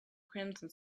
crimson